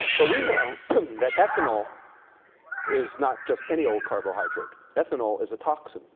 but we know that ethanol is not just any old carbohydrate. ethanol is a toxin.